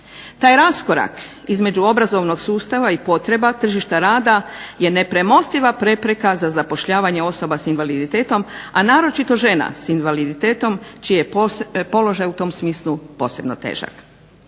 Taj raskorak između obrazovnog sustava i potreba tržišta rada je nepremostiva prepreka za zapošljavanje osobe sa invaliditetom, a naročito žena s invaliditetom čiji je položaj u tom smislu posebno težak.